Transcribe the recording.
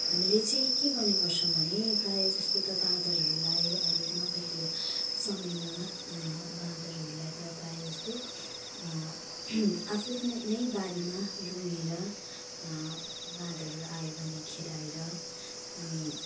हामीले चाहिँ के गर्ने गर्छौँ भने प्रायः जस्तो त बाँदरहरूलाई अहिले मकैको समयमा बाँदरहरूलाई त प्रायः जस्तो आफूले नै नै बारीमा रुँगेर बाँदरहरू आयो भने खेदाएर अनि